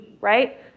right